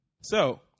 So-